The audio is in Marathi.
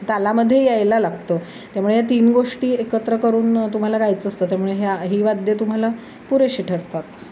तालामध्ये यायला लागतं त्यामुळे तीन गोष्टी एकत्र करून तुम्हाला गायचं असतं त्यामुळे ह्या ही वाद्यं तुम्हाला पुरेशी ठरतात